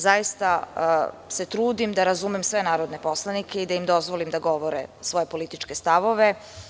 Zaista se trudim da razumem sve narodne poslanike i da im dozvolim da govore svoje političke stavove.